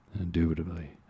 indubitably